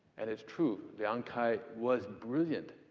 and it's true, liang kai was brilliant,